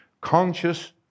Conscious